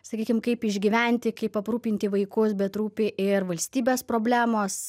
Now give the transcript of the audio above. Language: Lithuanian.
sakykim kaip išgyventi kaip aprūpinti vaikus bet rūpi ir valstybės problemos